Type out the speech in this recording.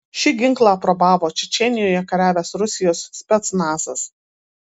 šį ginklą aprobavo čečėnijoje kariavęs rusijos specnazas